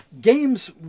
games